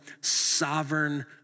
sovereign